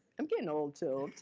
i'm getting old too,